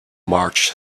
marge